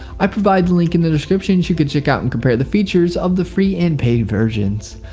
i've provided a link in the description so you can checkout and compare the features of the free and paid versions.